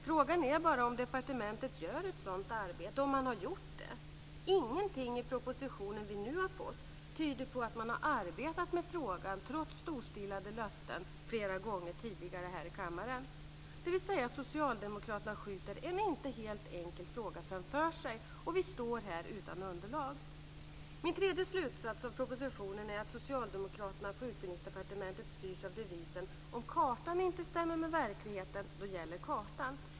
Frågan är bara om departementet gör ett sådant arbete. Ingenting i den proposition vi nu har fått tyder på att man har arbetat med frågan, trots storstilade löften flera gånger tidigare i kammaren. Socialdemokraterna skjuter en inte helt enkel fråga framför sig. Vi står här utan underlag. Min tredje slutsats om propositionen är att socialdemokraterna på Utbildningsdepartementet styrs av devisen: Om kartan inte stämmer med verkligheten så gäller kartan.